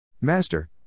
Master